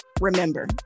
remember